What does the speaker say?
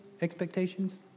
expectations